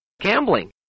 gambling